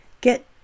get